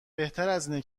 بهترازاینه